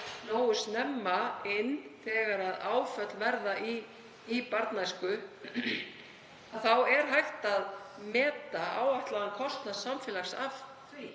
nógu snemma inn þegar áföll verða í barnæsku þá er hægt að meta áætlaðan kostnað samfélags af því,